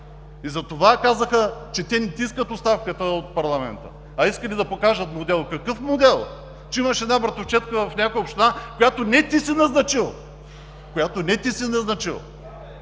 Затова казаха, че не ти искат оставката от парламента, а искали да покажат модел. Какъв модел? Че имаш една братовчедка в някоя община, която не ти си назначил?!